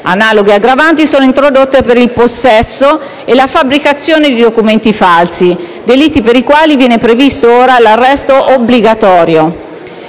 Analoghe aggravanti sono introdotte per il possesso e la fabbricazione di documenti falsi, delitti per i quali viene previsto ora l'arresto obbligatorio.